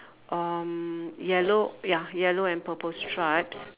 um yellow ya yellow and purple stripes